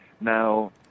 Now